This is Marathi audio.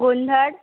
गोंध